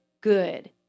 good